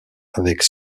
avec